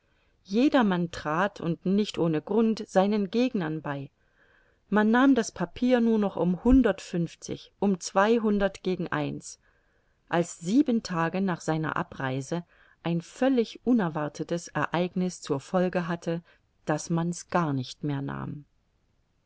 jedermann trat und nicht ohne grund seinen gegnern bei man nahm das papier nur noch um hundertundfünfzig um zweihundert gegen eins als sieben tage nach seiner abreise ein völlig unerwartetes ereigniß zur folge hatte daß man's gar nicht mehr nahm